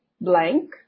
blank